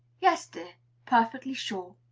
yes, dear perfectly sure.